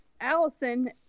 Allison